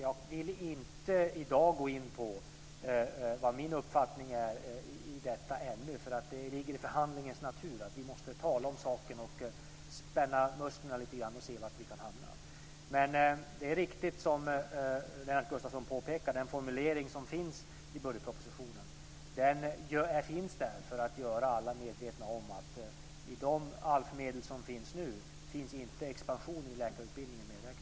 Jag vill inte ännu gå in på vad min uppfattning om detta är. Det ligger i förhandlingens natur att vi måste tala om saken, spänna musklerna lite grann och se var vi kan hamna. Det är dock riktigt, som Lennart Gustavsson påpekar, att den formulering som finns i budgetpropositionen finns där för att göra alla medvetna om att i de ALF-medel som nu finns är inte expansionen i läkarutbildningen medräknad.